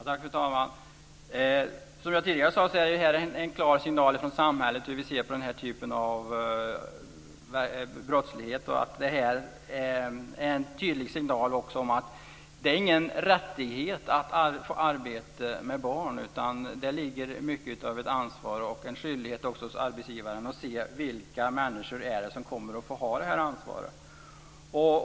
Fru talman! Som jag tidigare sade är det här en klar signal från samhället om hur vi ser på den här typen av brottslighet. Det är också en tydlig signal om att det inte är någon rättighet att få arbeta med barn. Det ligger mycket av ansvar och även en skyldighet hos arbetsgivaren att se vilka människor det är som kommer att få ha det här ansvaret.